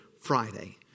Friday